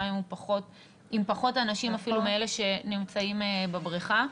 עם פחות אנשים אפילו מאלה שנמצאים בבריכה.